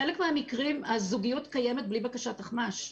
בחלק מהמקרים הזוגיות קיימת בלי בקשת אחמ"ש.